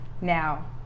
now